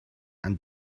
and